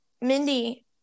Mindy